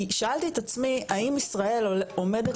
כי שאלתי את עצמי האם ישראל עומדת